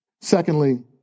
Secondly